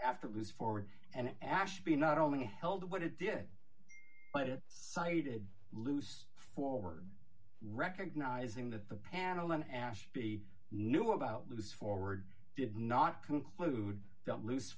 after loose forward and ashby not only held what it did but it needed loose forward recognizing that the panel on ashby knew about loose forward did not conclude